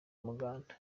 umuganda